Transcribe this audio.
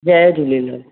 Jay Jhulelal